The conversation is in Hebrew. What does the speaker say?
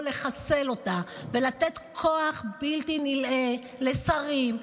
לחסל אותה ולתת כוח בלתי נדלה לשרים,